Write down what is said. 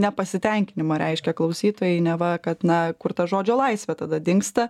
nepasitenkinimą reiškia klausytojai neva kad na kur ta žodžio laisvė tada dingsta